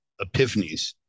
epiphanies